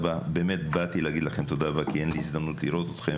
באמת להגיד לכם תודה רבה כי אין לי הזדמנות לראות אתכם.